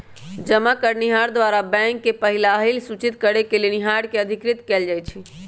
जमा करनिहार द्वारा बैंक के पहिलहि सूचित करेके लेनिहार के अधिकृत कएल जाइ छइ